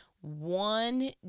One